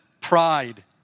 pride